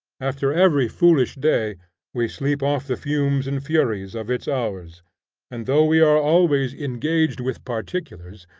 after every foolish day we sleep off the fumes and furies of its hours and though we are always engaged with particulars,